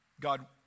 God